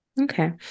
okay